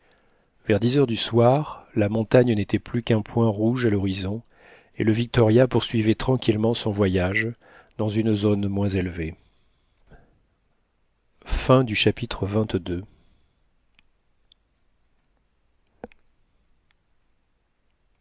vers dix heures du soir la montagne n'était plus qu'un point rouge à l'horizon et le victoria poursuivait tranquillement son voyage dans une zone moins élevée chapitre